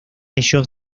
ellos